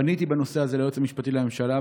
פניתי בנושא הזה ליועץ המשפטי לממשלה,